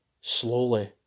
slowly